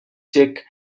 cheque